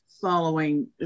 following